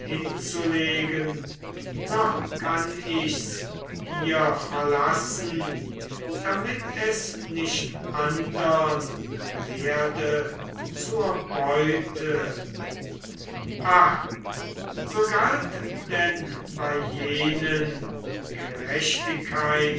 hinzulegen noch kann ich's hier verlassen damit es nicht andern werde zur beute ach so galt denn bei jenen gerechtigkeit